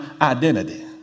identity